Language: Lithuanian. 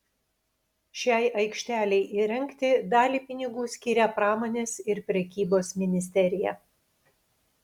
šiai aikštelei įrengti dalį pinigų skiria pramonės ir prekybos ministerija